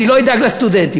אני לא אדאג לסטודנטים,